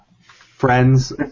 friends